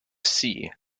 that